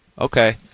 Okay